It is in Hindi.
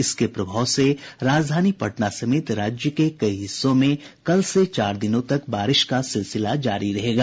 इसके प्रभाव से राजधानी पटना समेत राज्य के कई हिस्सों में कल से चार दिनों तक बारिश का सिलसिला जारी रहेगा